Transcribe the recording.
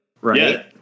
Right